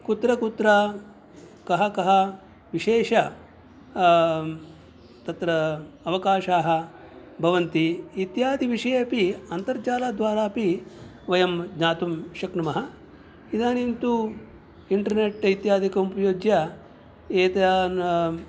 कुत्र कुत्र कः कः विशेषः तत्र अवकाशाः भवन्ति इत्यादि विषये अपि अन्तर्जालद्वारा अपि वयं ज्ञातुं शक्नुमः इदानीं तु इण्टर्नेट् इत्यादिकं उपयुज्य एतान्